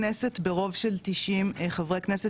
הכנסת ברוב של 90 חברי כנסת,